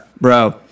bro